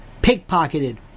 pickpocketed